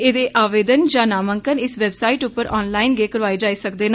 एह्दे आवेदन यां नामांकन इस वैबसाईट उप्पर आनलाईन गै करोआए जाई सकदे न